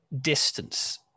distance